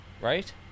Right